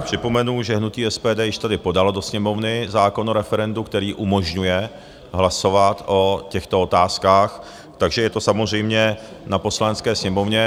Připomenu, že SPD již tady podalo do Sněmovny zákon o referendu, který umožňuje hlasovat o těchto otázkách, takže je to samozřejmě na Poslanecké sněmovně.